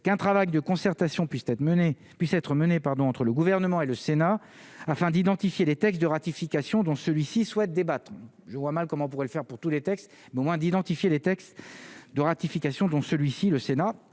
qu'un travail de concertation puissent être menées puissent être menées pardon entre le gouvernement et le Sénat afin d'identifier des textes de ratification dont celui-ci souhaite débattre, je vois mal comment on pourrait le faire pour tous les textes bon moins d'identifier les textes de ratification dont celui-ci, le Sénat